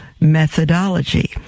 methodology